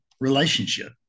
relationship